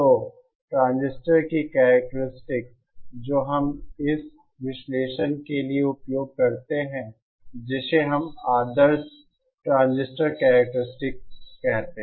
तो ट्रांजिस्टर की करैक्टेरिस्टिक्स जो हम इस विश्लेषण के लिए उपयोग करते हैं जिसे हम आदर्श ट्रांजिस्टर करैक्टेरिस्टिक्स कहते हैं